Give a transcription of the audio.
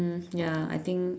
ya I think